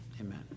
amen